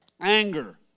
anger